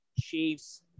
Chiefs